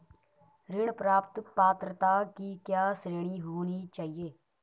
ऋण प्राप्त पात्रता की क्या श्रेणी होनी चाहिए?